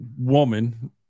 woman